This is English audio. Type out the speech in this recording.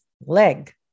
leg